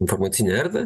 informacinę erdvę